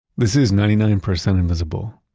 this is ninety nine percent invisible.